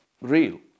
real